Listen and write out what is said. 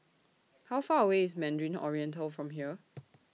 How Far away IS Mandarin Oriental from here